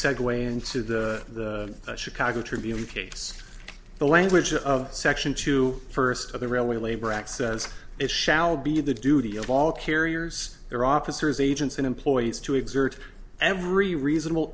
segue into the chicago tribune case the language of section two first of the railway labor act says it shall be the duty of all carriers their officers agents and employees to exert every reasonable